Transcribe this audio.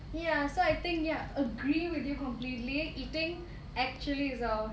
ya so I think ya agree with you completely eating actually is a